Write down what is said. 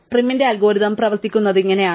പ്രൈമിന്റെ അൽഗോരിതം പ്രവർത്തിക്കുന്നത് ഇങ്ങനെയാണ്